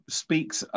speaks